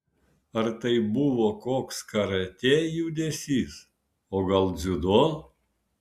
ar tai buvo koks karatė judesys o gal dziudo